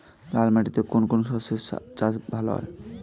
লাল মাটিতে কোন কোন শস্যের চাষ ভালো হয়?